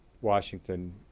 Washington